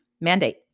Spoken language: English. mandate